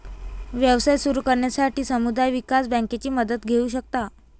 व्यवसाय सुरू करण्यासाठी समुदाय विकास बँकेची मदत घेऊ शकता